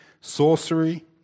sorcery